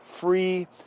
free